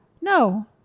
No